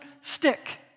stick